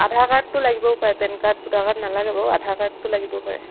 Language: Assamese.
আধাৰ কাৰ্ডটো লাগিবও পাৰে পেন কাৰ্ড ভোটাৰ কাৰ্ড নালাগে বাৰু আধাৰ কাৰ্ডটো লাগিব পাৰে